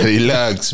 Relax